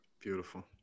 Beautiful